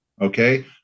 okay